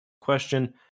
question